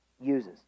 uses